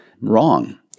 wrong